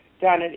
done